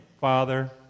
Father